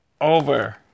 over